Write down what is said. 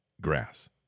grass